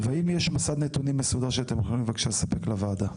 ואם יש מסד נתונים מסודר שאתם יכולים בבקשה לספק לוועדה.